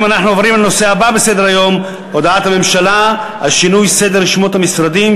אנחנו עוברים לנושא הבא בסדר-היום: הודעת הממשלה על שינוי שמות משרדים,